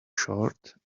short